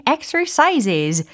Exercises